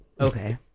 Okay